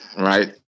right